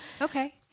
okay